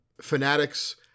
Fanatic's